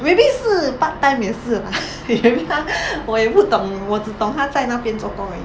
maybe 是 part time 也是 lah 我也不懂我只懂他在那边做工而已